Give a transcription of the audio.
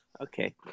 Okay